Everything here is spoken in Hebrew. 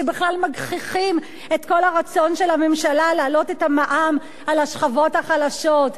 שבכלל מגחיכים את כל הרצון של הממשלה להעלות את המע"מ על השכבות החלשות,